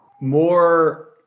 more